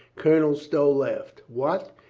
colonel stow laughed. what!